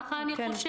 ככה אני חושבת,